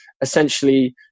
essentially